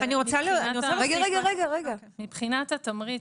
מבחינת התמריץ,